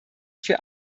für